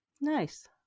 Nice